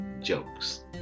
jokes